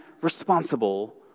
responsible